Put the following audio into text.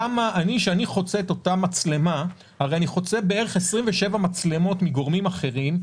כשאני חוצה את אותה מצלמה הרי אני חוצה בערך 27 מצלמות מגורמים אחרים,